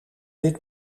dit